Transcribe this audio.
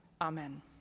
Amen